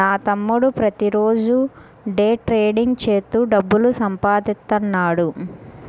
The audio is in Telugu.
నా తమ్ముడు ప్రతిరోజూ డే ట్రేడింగ్ చేత్తూ డబ్బులు సంపాదిత్తన్నాడు